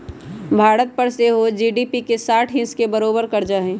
भारत पर सेहो जी.डी.पी के साठ हिस् के बरोबर कर्जा हइ